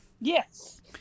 Yes